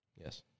Yes